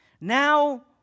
Now